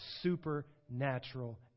supernatural